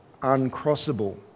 uncrossable